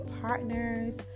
partner's